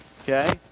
Okay